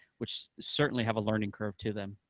which certainly have a learning curve to them.